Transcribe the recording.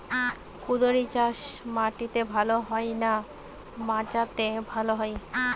কুঁদরি চাষ মাটিতে ভালো হয় না মাচাতে ভালো হয়?